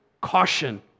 caution